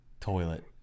Toilet